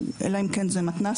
אלא אם כן אלה מתנ"סים,